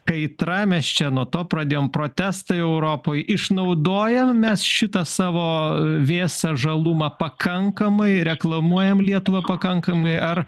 kaitra mes čia nuo to pradėjom protestai europoj išnaudojam mes šitą savo vėsą žalumą pakankamai reklamuojam lietuvą pakankamai ar